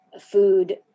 food